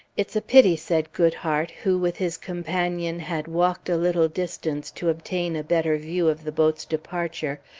it's a pity, said goodhart, who, with his companion, had walked a little distance to obtain a better view of the boat's departure,